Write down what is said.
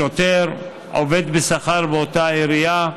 שוטר, עובד בשכר באותה עירייה,